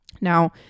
Now